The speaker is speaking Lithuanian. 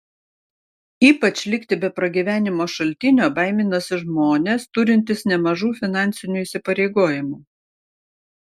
ypač likti be pragyvenimo šaltinio baiminasi žmonės turintys nemažų finansinių įsipareigojimų